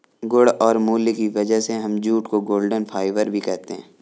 गुण और मूल्य की वजह से हम जूट को गोल्डन फाइबर भी कहते है